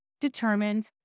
determined